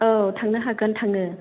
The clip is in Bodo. औ थांनो हागोन थाङो